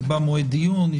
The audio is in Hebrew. נקבע מועד דיון?